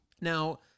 Now